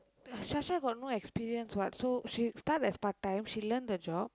Sasha got no experience what so she start as part time she learn the job